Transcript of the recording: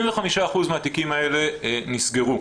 75% מהתיקים האלה נסגרו,